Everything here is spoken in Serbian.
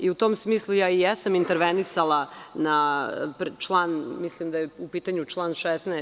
U tom smislu ja jesam intervenisala, mislim da je u pitanju član 16.